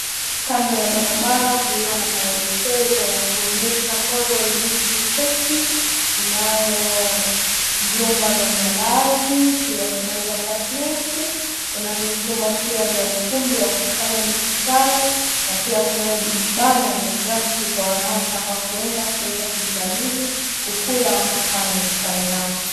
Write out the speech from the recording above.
Kando ya barabara kulio na maelekezo ya kuonyesha Coral Beach Resort inayo vyumba vya malazi, pia kunazo apatmenti, kunavyo vyumba pia vya ukumbi wa kufanya mikutano na pia kunayo beach, bar na restaurant kwa wanaotaka kuenda kuweza kujibarizi, kukula ama kufanya mikutano yao.